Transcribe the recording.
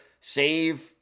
save